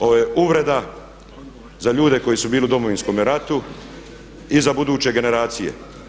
Ovo je uvreda za ljude koji su bili u Domovinskome ratu i za buduće generacije.